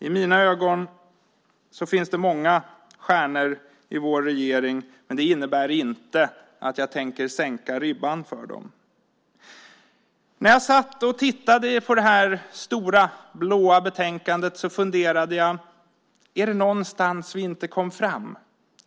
I mina ögon finns det många stjärnor i vår regering, men det innebär inte att jag tänker sänka ribban för dem. När jag satt och tittade på det här stora, blå betänkandet funderade jag: Är det någonstans där vi inte kom fram?